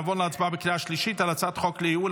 נעבור להצבעה בקריאה השלישית על הצעת חוק לייעול